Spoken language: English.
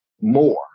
more